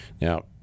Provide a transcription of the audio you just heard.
Now